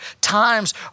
times